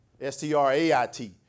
S-T-R-A-I-T